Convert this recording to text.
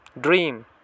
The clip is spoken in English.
dream